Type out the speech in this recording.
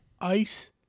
ice